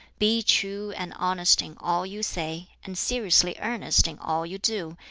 be true and honest in all you say, and seriously earnest in all you do,